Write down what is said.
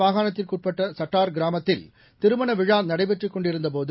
மாகாணத்திற்கு உட்பட்ட சுட்டார் கிராமத்தில் திருமண விழா நடைபெற்றுக் இந்த கொண்டிருந்தபோது